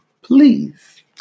please